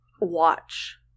watch